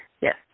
Yes